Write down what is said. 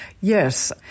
Yes